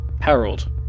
Harold